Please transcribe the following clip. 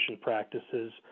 practices